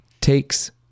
takes